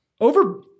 over